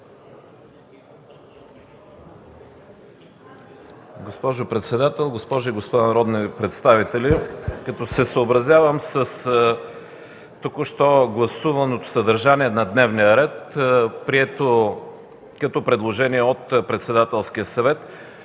Госпожо председател, госпожи и господа народни представители! Като се съобразявам с току-що гласуваното съдържание на дневния ред, прието като предложение от Председателския съвет,